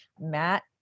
Matt